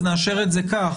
אז נאשר את זה כך.